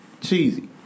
cheesy